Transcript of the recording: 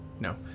No